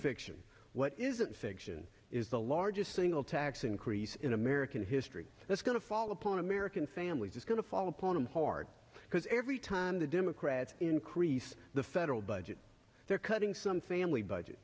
fiction what isn't fiction is the largest single tax increase in american history that's going to fall upon american families is going to fall upon him hard because every time the democrats increase the federal budget they're cutting some family budget